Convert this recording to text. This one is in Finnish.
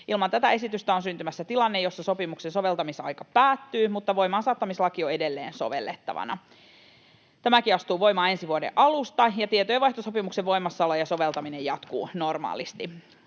Ilman tätä esitystä on syntymässä tilanne, jossa sopimuksen soveltamisaika päättyy, mutta voimaansaattamislaki on edelleen sovellettavana. Tämäkin astuu voimaan ensi vuoden alusta, ja tietojenvaihtosopimuksen voimassaolo ja soveltaminen jatkuvat normaalisti.